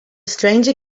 stranger